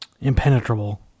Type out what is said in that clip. impenetrable